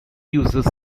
uses